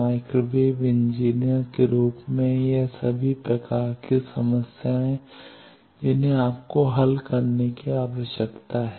microwave engineer के रूप में यह सभी प्रकार की समस्याएं हैं जिन्हें आपको हल करने की आवश्यकता है